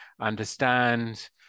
understand